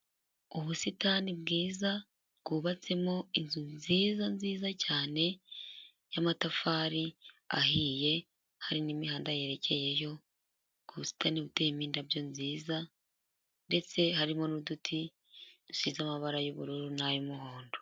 Ubusitani bwiza bwubatsemo inzu nziza cyane y'amatafari ahiye hari n'imihanda yerekeyeyo, ubwo ubustani buteyemo indabyo nziza, ndetse harimo n'uduti dusize amabara y'ubururu n'ay'umuhondo.